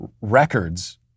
records